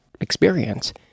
experience